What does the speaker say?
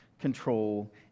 control